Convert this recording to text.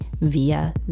via